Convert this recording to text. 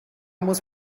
muss